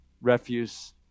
refuse